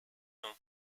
nom